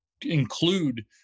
Include